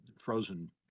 frozen